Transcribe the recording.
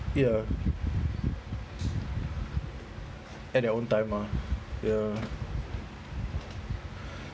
ya at their own time ah ya